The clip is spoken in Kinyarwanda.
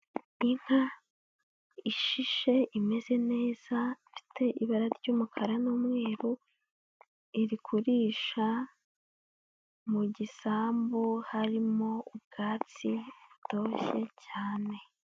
Inka ishishe imeze neza ifite ibara ry'umukara n'umweru, iri kurisha mu gisambu harimo ubwatsi butoshye cyane.